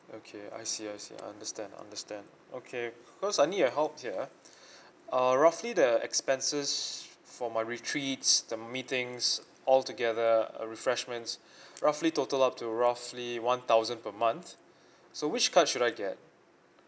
okay I see I see I understand understand okay cause I need your help here uh roughly the expenses for my retreats the meetings altogether uh refreshments roughly total up to roughly one thousand per month so which card should I get